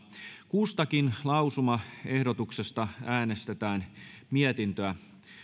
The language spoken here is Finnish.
kustakin lausumaehdotuksesta äänestetään erikseen mietintöä